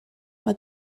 mae